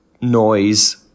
noise